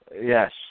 Yes